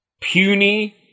Puny